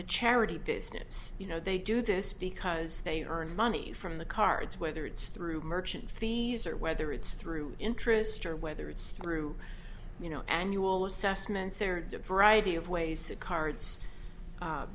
the charity business you know they do this because they earn money from the cards whether it's through merchant fees or whether it's through interest or whether it's through you know annual assessments that are depriving you of ways that cards